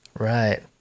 Right